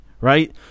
right